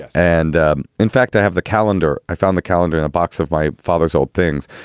and ah in fact, i have the calendar i found the calendar in a box of my father's old things,